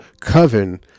coven